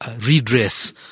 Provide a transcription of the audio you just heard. redress